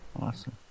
Awesome